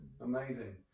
amazing